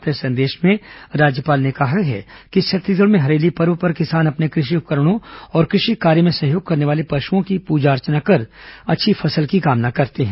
अपने संदेश में राज्यपाल ने कहा है कि छत्तीसगढ़ में हरेली पर्व पर किसान अपने कृषि उपकरणों और कृषि कार्य में सहयोग करने वाले पशुओं की पूजा अर्चना कर अच्छी फसल की कामना करते हैं